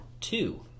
two